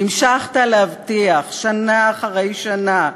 והמשכת להבטיח, שנה אחרי שנה.